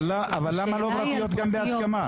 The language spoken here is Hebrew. אבל למה לא פרטיות בהסכמה?